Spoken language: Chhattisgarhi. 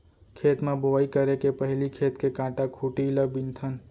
खेत म बोंवई करे के पहिली खेत के कांटा खूंटी ल बिनथन